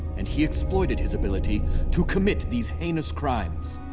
and he exploited his ability to commit these heinous crimes.